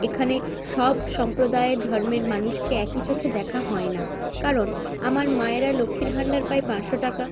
এখানে সব সম্প্রদায়ের ধর্মের মানুষকে একই চোখে দেখা হয় না কারণ আমার মায়েরা লক্ষ্মীর ভাণ্ডার পায় পাঁচশো টাকা